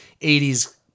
80s